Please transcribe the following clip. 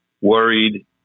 worried